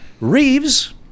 Reeves